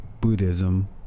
buddhism